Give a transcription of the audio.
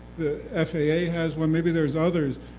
the faa has one, maybe there's others,